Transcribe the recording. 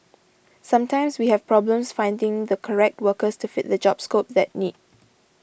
sometimes we have problems finding the correct workers to fit the job scope that need